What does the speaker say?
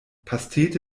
pastete